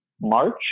March